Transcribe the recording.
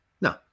no